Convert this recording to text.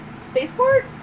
Spaceport